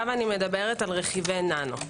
רכיבי ננו,